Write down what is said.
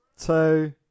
two